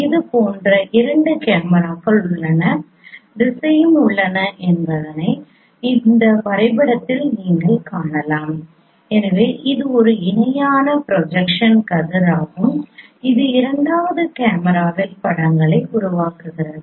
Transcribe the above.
இதுபோன்ற இரண்டு கேமராக்கள் உள்ளன திசையும் உள்ளன என்பதை இந்த வரைபடத்தில் நீங்கள் காணலாம் எனவே இது ஒரு இணையான ப்ரொஜெக்ஷன் கதிர் ஆகும் இது இரண்டாவது கேமராவில் படங்களை உருவாக்குகிறது